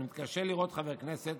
שאני מתקשה לראות חבר כנסת